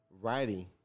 Writing